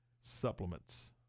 supplements